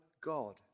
God